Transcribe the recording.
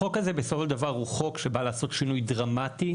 החוק הזה הוא חוק שבא לעשות שינוי דרמטי,